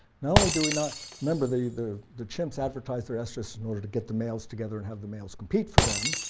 not only do we not remember the the chimps advertise their estrus in order to get the males together and have the males compete for them.